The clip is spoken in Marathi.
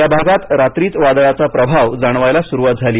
या भागात रात्रीच वादळाचा प्रभाव जाणवायला सुरूवात झाली